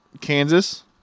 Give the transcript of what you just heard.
kansas